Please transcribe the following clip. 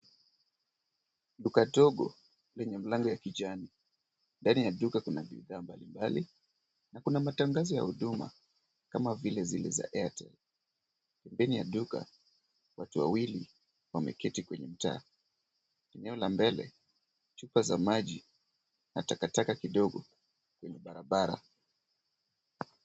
Duka dogo lenye mlango ya kijani. Ndani ya duka kuna bidhaa mbalimbali na kuna matangazo ya huduma kama vile zile za Airtel. Pembeni ya duka, watu wawili wameketi kwenye mtaa. Eneo la mbele chupa za maji na takataka kidogo kwenye barabara.